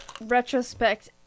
retrospect